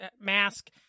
mask